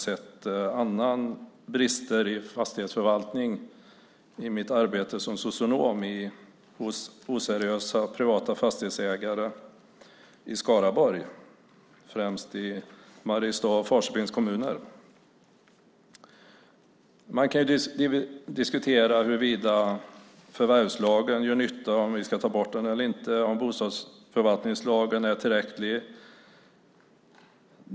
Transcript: Däremot har jag i mitt arbete som socionom sett andra brister hos oseriösa privata fastighetsägare i Skaraborg, främst i Mariestad och Falköpings kommuner, när det gäller fastighetsförvaltningen. Man kan diskutera huruvida förvärvslagen gör nytta, om vi ska ta bort den eller inte och om bostadsförvaltningslagen är tillräcklig.